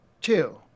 Two